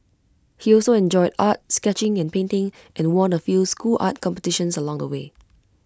he also enjoyed art sketching and painting and won A few school art competitions along the way